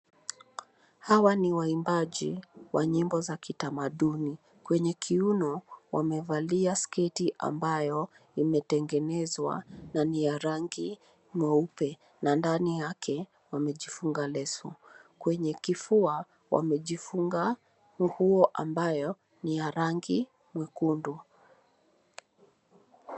Hawa ni waimbaji wa nyimbo za kitamaduni, kwenye kiuno wamevalia sketi ambayo imetengenezwa na ni ya rangi mweupe na ndani yake wamejifunga leso. Kwenye kifua wamejifunga nguo ambayo ni ya rangi nyekundu.